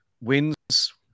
wins